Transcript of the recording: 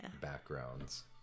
backgrounds